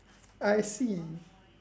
I see